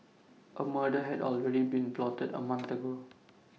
A murder had already been plotted A month ago